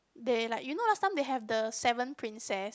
they like you know last time they have the seven princess